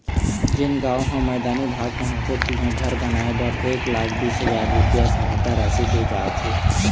जेन गाँव ह मैदानी भाग म होथे तिहां घर बनाए बर एक लाख बीस हजार रूपिया सहायता राशि दे जाथे